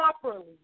properly